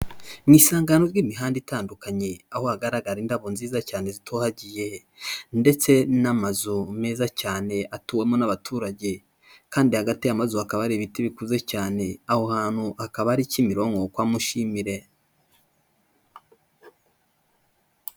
Mu isangano ry'imihanda itandukanye, aho hagaragara indabo nziza cyane zitohagiye ndetse n'amazu meza cyane atuwemo n'abaturage kandi hagati y'amazu hakaba hari ibiti bikuze cyane, aho hantu hakaba ari Kimironko, kwa Mushimire.